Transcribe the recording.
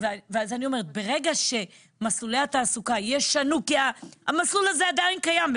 ברגע שמסלולי התעסוקה ישנו כי המסלול הזה עדיין קיים,